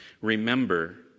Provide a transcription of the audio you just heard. remember